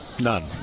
None